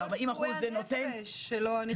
והיא הופחתה ל-40%.